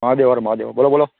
મહાદેવ હર મહાદેવ બોલો બોલો